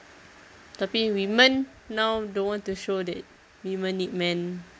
tapi women now don't want to show that women need men